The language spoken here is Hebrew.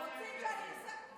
בלי טלי אין כנסת.